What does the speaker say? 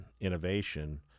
innovation